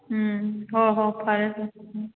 ꯎꯝ ꯍꯣ ꯍꯣ ꯐꯔꯦ ꯐꯔꯦ ꯎꯝ